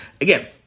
again